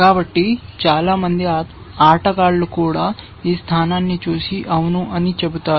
కాబట్టి ఆటగాళ్ళు కూడా చాలా మంది ఆటగాళ్ళు కూడా ఈ స్థానాన్ని చూసి అవును అని చెబుతారు